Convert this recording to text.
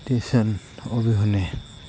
tuition অবিহনে